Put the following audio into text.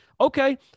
Okay